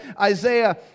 Isaiah